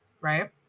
Right